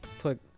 put